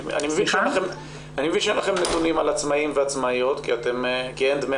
אני מבין שאין לכם נתונים על עצמאים ועצמאיות כי אין דמי